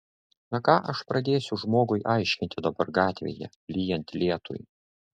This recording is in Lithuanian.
na ką aš pradėsiu žmogui aiškinti dabar gatvėje lyjant lietui